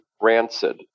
rancid